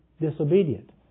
disobedient